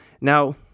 Now